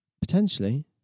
Potentially